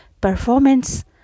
performance